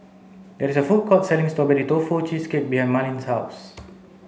it is a food court selling strawberry tofu cheesecake behind Marleen's house